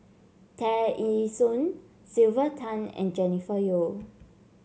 Tear Ee Soon Sylvia Tan and Jennifer Yeo